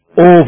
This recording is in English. over